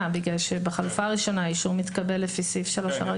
כי בחלופה הראשונה האישור מתקבל לפי סעיף 3 הרגיל.